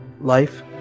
Life